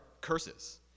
curses